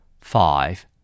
Five